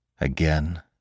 Again